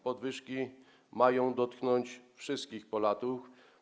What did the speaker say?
Podwyżki mają dotknąć wszystkich Polaków.